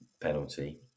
penalty